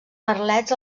merlets